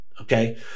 Okay